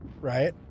right